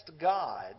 God